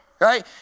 Right